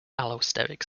allosteric